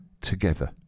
together